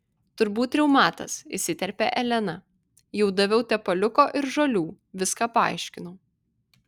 turbūt reumatas įsiterpė elena jau daviau tepaliuko ir žolių viską paaiškinau